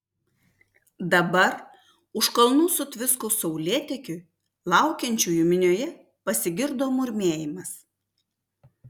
dabar už kalnų sutviskus saulėtekiui laukiančiųjų minioje pasigirdo murmėjimas